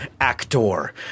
actor